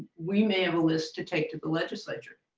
we made up a list to take to the legislator